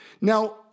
Now